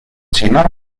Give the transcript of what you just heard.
china